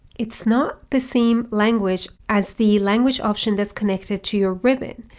it's not the same language as the language option that's connected to your ribbon.